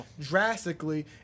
drastically